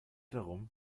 darum